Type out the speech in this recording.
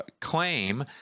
claim